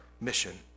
mission